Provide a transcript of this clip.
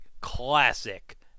classic